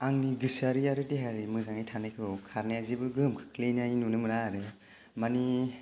आंनि गोसोआरि आरो देहायारि मोजाङै थानायखौ खारनाया जेबो गोहोम खोख्लैनाय नुनो मोना आरो माने